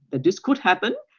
that this could happen.